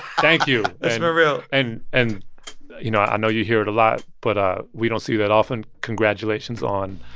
thank you it's been real and, and you know, i know you hear it a lot, but ah we don't see you that often. congratulations on.